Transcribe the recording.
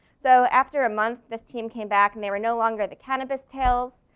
so after a month, this team came back and they were no longer the cannabis tales.